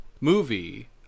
movie